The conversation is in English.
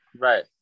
Right